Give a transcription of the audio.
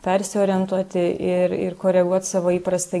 persiorientuoti ir ir koreguot savo įprastą